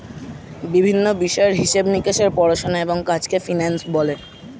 বিভিন্ন বিষয়ের হিসেব নিকেশের পড়াশোনা এবং কাজকে ফিন্যান্স বলে